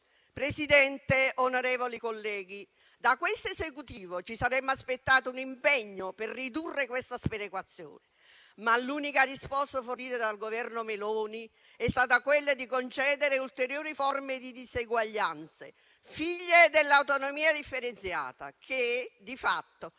Presidente, onorevoli colleghi, da questo Esecutivo ci saremmo aspettati un impegno per ridurre questa sperequazione. Ma l'unica risposta fornita dal Governo Meloni è stata quella di concedere ulteriori forme di diseguaglianza, figlie dell'autonomia differenziata, che di fatto non